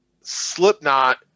Slipknot